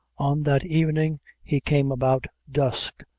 on that evening he came about dusk,